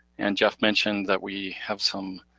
and geoff mention that we have some